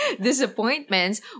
disappointments